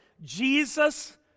Jesus